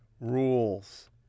rules